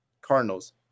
Cardinals